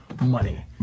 money